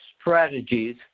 strategies